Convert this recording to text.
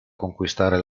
conquistare